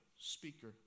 speaker